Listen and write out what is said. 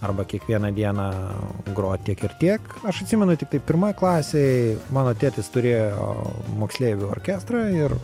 arba kiekvieną dieną grot tiek ir tiek aš atsimenu tiktai pirmoj klasėj mano tėtis turėjo moksleivių orkestrą ir